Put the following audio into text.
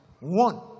one